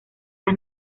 las